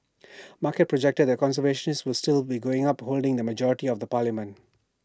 markets projected that conservatives was still be going up holding the majority of the parliament